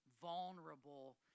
vulnerable